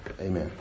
Amen